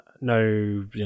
no